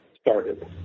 started